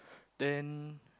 then